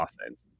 offense